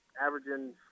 averaging